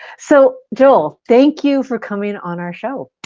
so joel, thank you for coming on our show.